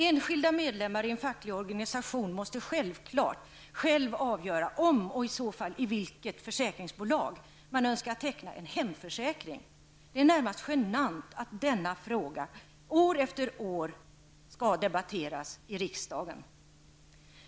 Enskilda medlemmar i en facklig organisation måste självfallet själva få avgöra om och i så fall i vilket försäkringsbolag de önskar teckna en hemförsäkring. Det är närmast genant att denna fråga år efter år skall debatteras i riksdagen.